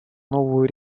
новую